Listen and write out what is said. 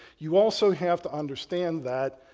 you also have to understand that,